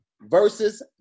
versus